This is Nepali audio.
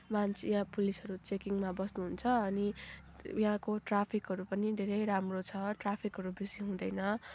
मान्छे यहाँ पुलिसहरू चेकिङमा बस्नुहुन्छ अनि यहाँको ट्राफिकहरू पनि धेरै राम्रो छ ट्राफिकहरू बेसी हुँदैन